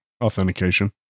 authentication